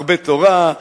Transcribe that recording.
הרבה תורה,